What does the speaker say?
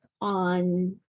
on